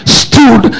stood